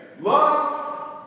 Love